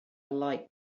light